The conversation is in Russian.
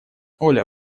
оля